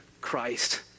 Christ